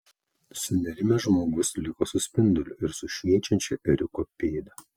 sunerimęs žmogus liko su spinduliu ir su šviečiančia ėriuko pėda